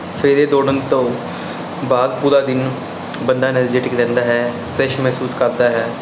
ਸਵੇਰੇ ਦੌੜਨ ਤੋਂ ਬਾਅਦ ਪੂਰਾ ਦਿਨ ਬੰਦਾ ਏਨੇਰਜੇਟਿਕ ਰਹਿੰਦਾ ਹੈ ਫ੍ਰੈਸ਼ ਮਹਿਸੂਸ ਕਰਦਾ ਹੈ